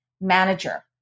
manager